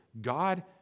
God